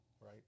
Right